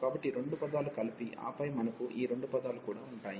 కాబట్టి ఈ రెండు పదాలు కలిపి ఆపై మనకు ఈ రెండు పదాలు కూడా ఉంటాయి